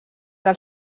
del